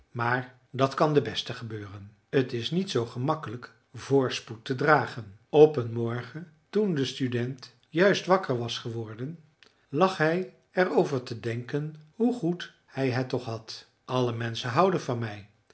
maar dat kan den besten gebeuren t is niet zoo gemakkelijk voorspoed te dragen op een morgen toen de student juist wakker was geworden lag hij er over te denken hoe goed hij het toch had alle menschen houden van mij